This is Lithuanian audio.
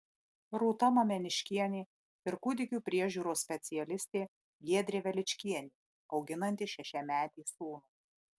rūta mameniškienė ir kūdikių priežiūros specialistė giedrė veličkienė auginanti šešiametį sūnų